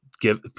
give